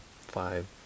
five